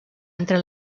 entre